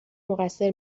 مقصر